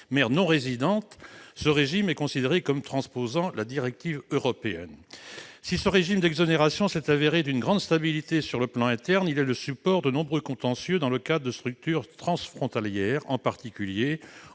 mères non résidentes, ce régime est considéré comme transposant la directive européenne. Si ce régime d'exonération s'est révélé d'une grande stabilité sur le plan interne, il est le support de nombreux contentieux dans le cadre de structures transfrontalières, en particulier